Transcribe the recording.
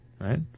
Right